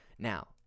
now